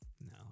No